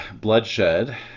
bloodshed